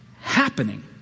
happening